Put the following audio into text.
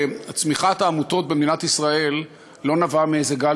צמיחת העמותות במדינת ישראל לא נבעה מאיזה גל